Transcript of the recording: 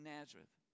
Nazareth